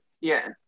Yes